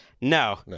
no